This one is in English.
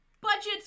budgets